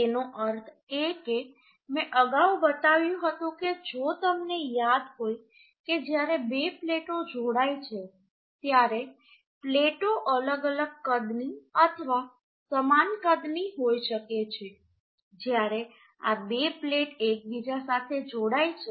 તેનો અર્થ એ કે મેં અગાઉ બતાવ્યું હતું કે જો તમને યાદ હોય કે જ્યારે બે પ્લેટો જોડાય છે ત્યારે પ્લેટો અલગ અલગ કદની અથવા સમાન કદની હોઈ શકે છે જ્યારે આ બે પ્લેટ એકબીજા સાથે જોડાય છે